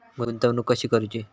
गुंतवणूक कशी करूची?